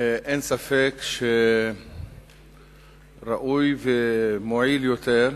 אין ספק שראוי ומועיל יותר,